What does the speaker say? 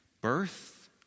birth